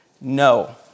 No